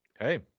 Hey